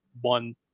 one